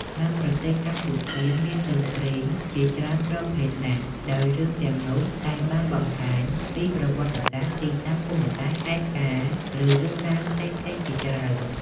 នៅក្នុងប្រទេសកម្ពុជា មានរឿងព្រេងជាច្រើនប្រភេទណាស់ ដោយរឿងទាំងនោះតែងបានបង្ហាញពី ប្រវត្តិសាស្រ្ដ ទីតាំងភូមិសាស្រ្ដ ហេតុការណ៍ ឬរឿងរ៉ាវផ្សេងៗជាច្រើន។